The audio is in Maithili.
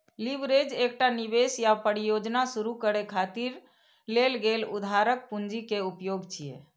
लीवरेज एकटा निवेश या परियोजना शुरू करै खातिर लेल गेल उधारक पूंजी के उपयोग छियै